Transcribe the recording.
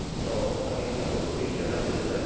स' आंनि बुंनांगौखौ बेखिनियावनो आं फोजोब्बाय